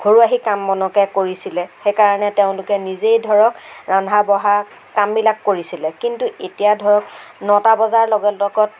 ঘৰুৱা সেই কাম বনকে কৰিছিলে সেইকাৰণে তেওঁলোকে নিজেই ধৰক ৰন্ধা বঢ়া কামবিলাক কৰিছিলে কিন্তু এতিয়া ধৰক নটা বজাৰ লগে লগত